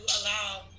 allow